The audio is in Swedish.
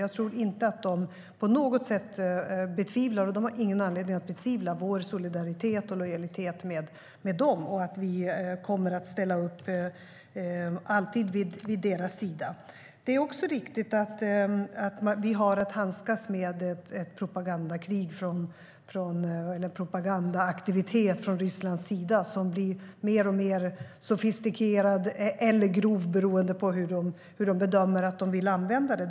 Jag tror inte att de på något sätt betvivlar, och de har ingen anledning att betvivla, vår solidaritet och lojalitet med dem och att vi alltid kommer att ställa upp vid deras sida. Det är riktigt att vi har att handskas med ett propagandakrig, eller en propagandaaktivitet, från Rysslands sida som blir mer och mer sofistikerad eller grov, beroende på hur de bedömer att de vill använda det.